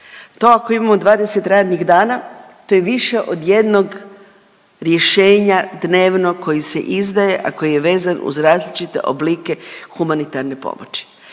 To ako imamo 20 radnih dana to je više od 1 rješenja dnevno koji se izdaje, a koji je vezan uz različite oblike humanitarne pomoći.